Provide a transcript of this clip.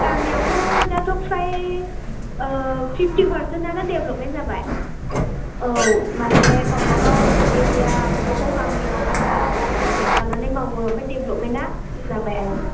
गामियावबो दाथ' फ्राय फिफ्टि पारसेनानो देभलपमेन जाबाय औ माने गावबा गाव एरिया गावबा गाव गामियाव आलदा आलदा प्रजेक्त लानानै मावो ओमफ्राय देभलपमेना जाबाय आरो